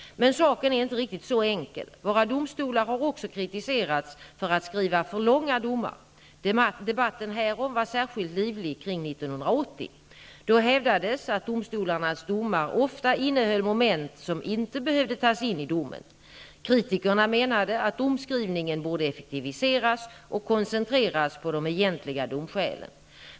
Men saken är inte riktigt så enkel. Våra domstolar har också kritiserats för att skriva för långa domar. Debatten härom var särskilt livlig kring 1980. Då hävdades att domstolarnas domar ofta innehöll moment som inte behövde tas in i domen. Kritikerna menade att domskrivningen borde effektiviseras och koncentreras på de egentliga domskälen.